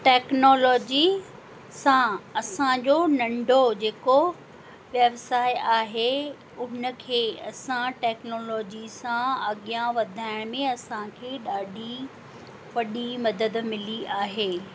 technology सां असांजो नंढो जे को व्यव्साय आहे उनखे असां टेक्नोलॉजी सां अॻियां वधाइण में असांखे ॾाढी वॾी मदद मिली आहे